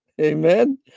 Amen